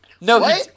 No